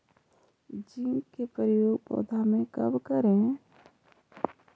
Zinc के प्रयोग पौधा मे कब करे?